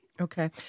Okay